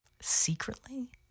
Secretly